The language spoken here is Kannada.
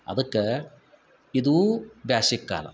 ಅದಕ್ಕೆ ಇದು ಬ್ಯಾಸಿಗ್ ಕಾಲ